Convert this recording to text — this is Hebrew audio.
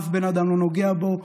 אף בן אדם לא נוגע בו,